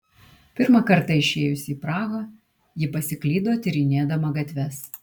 pirmą kartą išėjusi į prahą ji pasiklydo tyrinėdama gatves